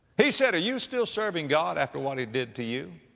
he said, are you still serving god after what he did to you?